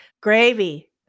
gravy